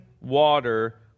water